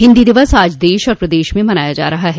हिन्दी दिवस आज देश और प्रदेश में मनाया जा रहा है